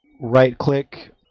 right-click